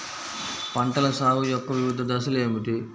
పంటల సాగు యొక్క వివిధ దశలు ఏమిటి?